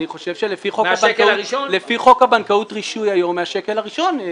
אני חושב שלפי חוק הבנקאות (רישוי) היום מהשקל הראשון.